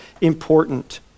important